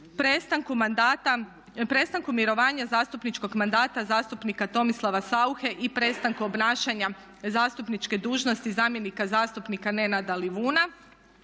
Prestanku mirovanja zastupničkog mandata zastupnika Tomislava Sauche i prestanku obnašanja zastupničke dužnosti zamjenika zastupnika Nenada Livuna.